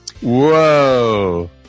whoa